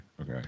okay